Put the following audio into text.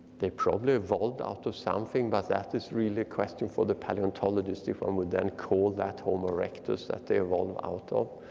they probably evolved out of something but that is really a question for the paleontologist if um we then call that homo erectus that they are on out of.